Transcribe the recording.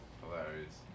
Hilarious